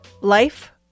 life